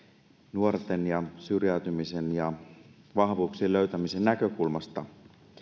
nuorten ja syrjäytymisen ja vahvuuksien löytämisen näkökulmasta